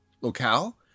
locale